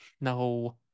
No